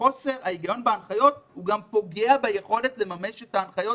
חוסר ההיגיון בהנחיות גם פוגע ביכולת לממש את ההנחיות